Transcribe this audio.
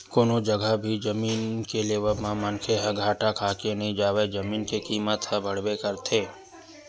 कोनो जघा भी जमीन के लेवब म मनखे ह घाटा खाके नइ जावय जमीन के कीमत ह बड़बे करथे